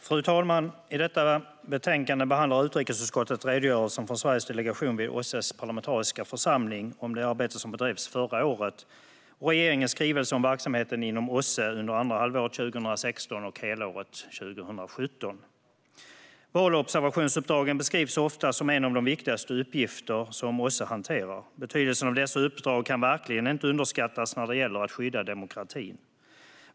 Fru talman! I detta betänkande behandlar utrikesutskottet redogörelsen från Sveriges delegation vid OSSE:s parlamentariska församling om det arbete som bedrevs förra året och regeringens skrivelse om verksamheten inom OSSE under andra halvåret 2016 och helåret 2017. Valobservationsuppdragen beskrivs ofta som en av de viktigaste uppgifter som OSSE hanterar. Betydelsen av dessa uppdrag kan verkligen inte underskattas när det gäller att skydda demokratin.